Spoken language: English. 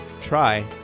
Try